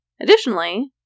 Additionally